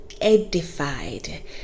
edified